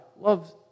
loves